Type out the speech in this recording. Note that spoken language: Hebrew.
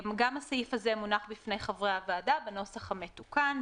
גם הסעיף הזה מונח בפני חברי הוועדה בנוסח המתוקן,